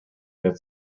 mehr